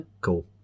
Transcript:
Cool